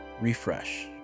Refresh